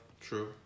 True